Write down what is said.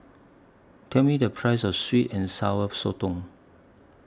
Tell Me The Price of Sweet and Sour Sotong